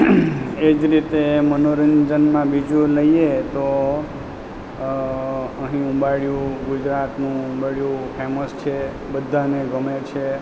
એ જ રીતે મનોરંજનમાં બીજું લઈએ તો અહીં ઉંબાડિયું ગુજરાતનું ઉંબાડિયું ફેમસ છે બધાને ગમે છે